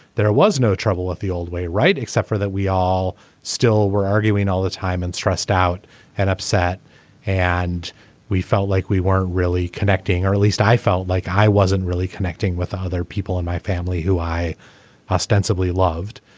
there was no trouble with the old way right except for that we all still were arguing all the time and stressed out and upset and we felt like we weren't really connecting or at least i felt like i wasn't really connecting with other people in my family who i ostensibly loved.